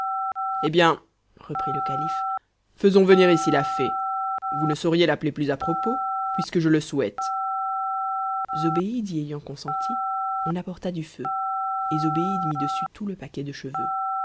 eh bien répliqua le calife faisons venir ici la fée vous ne sauriez l'appeler plus à propos puisque je le souhaite zobéide y ayant consenti on apporta du feu et zobéide mit dessus tout le paquet de cheveux